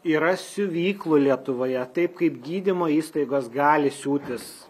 yra siuvyklų lietuvoje taip kaip gydymo įstaigos gali siūtis